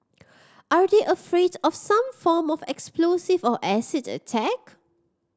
are they afraid of some form of explosive or acid attack